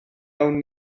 awn